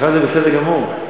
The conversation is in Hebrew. בשבילך זה בסדר גמור.